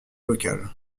locale